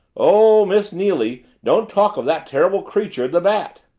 oh, miss neily, don't talk of that terrible creature the bat!